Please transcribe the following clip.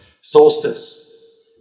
solstice